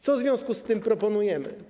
Co w związku z tym proponujemy?